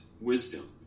wisdom